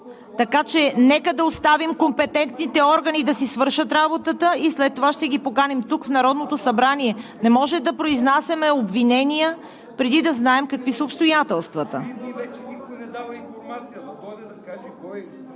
Нека да оставим компетентните органи да си свършат работата и след това ще ги поканим в Народното събрание. Не може да произнасяме обвинения, преди да знаем какви са обстоятелствата.